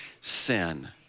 sin